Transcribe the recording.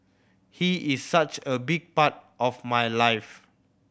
he is such a big part of my life